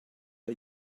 are